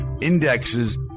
indexes